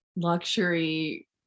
Luxury